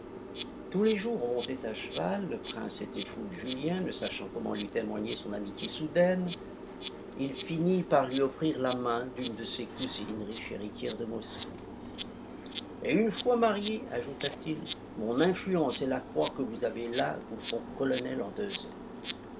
tous les jours on montait à cheval le prince était fou de julien ne sachant comment lui témoigner son amitié soudaine il finit par lui offrir la main d'une de ses cousines riche héritière de moscou et une fois marié ajouta-t-il mon influence et la croix que vous avez là vous font colonel en